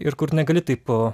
ir kur negali taip